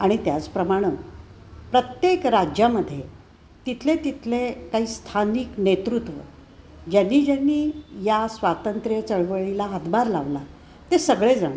आणि त्याचप्रमाणं प्रत्येक राज्यामध्ये तिथले तिथले काही स्थानिक नेतृत्व ज्यांनी ज्यांनी या स्वातंत्र्य चळवळीला हातभार लावला ते सगळेजण